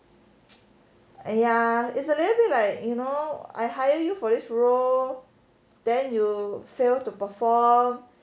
!aiya! it's a little bit like you know I hire you for this role then you fail to perform